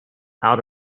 out